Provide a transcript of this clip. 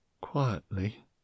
quietly